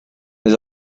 his